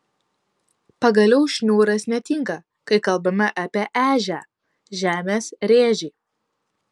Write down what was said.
pagaliau šniūras netinka kai kalbame apie ežią žemės rėžį